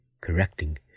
correcting